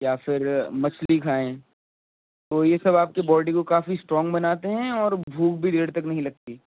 یا پھر مچھلی کھائیں تو یہ سب آپ کی باڈی کو کافی اسٹرونگ بناتے ہیں اور بھوک بھی دیر تک نہیں لگتی